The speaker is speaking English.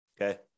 okay